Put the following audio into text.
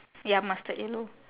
ya mustard yellow